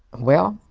well,